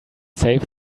save